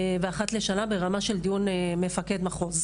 ואחת לשנה ברמה של דיון מפקד מחוז.